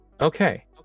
Okay